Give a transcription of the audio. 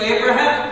Abraham